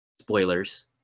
spoilers